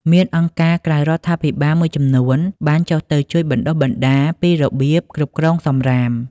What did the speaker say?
មានអង្គការក្រៅរដ្ឋាភិបាលមួយចំនួនបានចុះទៅជួយបណ្តុះបណ្តាលពីរបៀបគ្រប់គ្រងសំរាម។